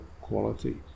quality